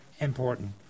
important